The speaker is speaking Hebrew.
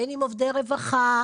בין עם עובדי רווחה,